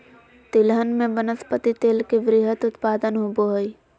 तिलहन में वनस्पति तेल के वृहत उत्पादन होबो हइ